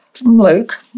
Luke